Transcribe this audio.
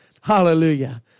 Hallelujah